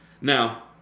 Now